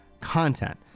content